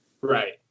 Right